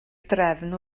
drefn